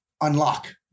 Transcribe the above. unlock